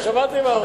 שמעתי מה הוא רוצה.